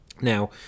now